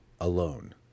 Alone